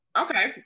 Okay